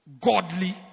godly